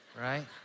right